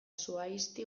zuhaizti